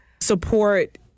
support